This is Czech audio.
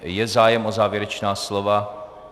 Je zájem o závěrečná slova?